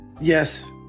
Yes